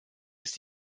ist